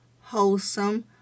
wholesome